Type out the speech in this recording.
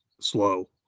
slow